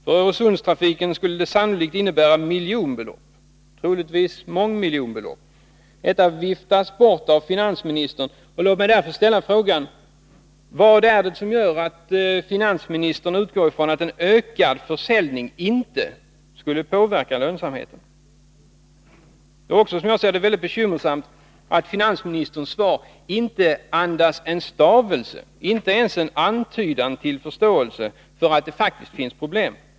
För Öresundstrafiken skulle det innebära miljonbelopp, troligen mångmiljonbelopp. Detta viftas bort av finansministern. Låt mig därför ställa frågan: Vad är det som gör att finansministern utgår från att en ökad försäljning inte skulle påverka lönsamheten? Det är också mycket bekymmersamt att finansministerns svar inte andas en stavelse, inte ens en antydan, till förståelse för att det faktiskt finns problem.